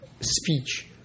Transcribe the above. speech